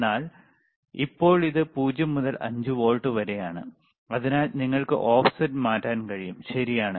എന്നാൽ ഇപ്പോൾ ഇത് 0 മുതൽ 5 വോൾട്ട് വരെയാണ് അതിനാൽ നിങ്ങൾക്ക് ഓഫ്സെറ്റ് മാറ്റാൻ കഴിയും ശരിയാണ്